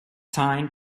time